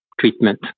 treatment